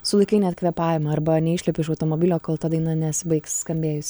sulaikai net kvėpavimą arba neišlipi iš automobilio kol ta daina nesibaigs skambėjus